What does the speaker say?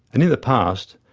and in the past,